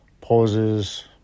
poses